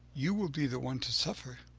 you will be the one to suffer,